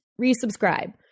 resubscribe